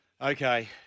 Okay